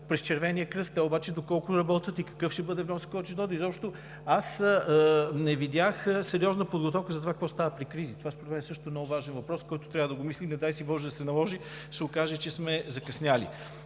през Червения кръст, те обаче доколко работят и какъв ще бъде вносът, който ще дойде? Изобщо, аз не видях сериозна подготовка какво става при кризи. Това също е много важен въпрос, който трябва да мислим и, не дай си боже, да се наложи, ще се окаже, че сме закъснели.